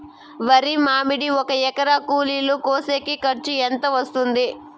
వరి మడి ఒక ఎకరా కూలీలు కోసేకి ఖర్చు ఎంత వస్తుంది?